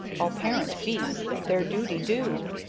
all parent beasts their duty do,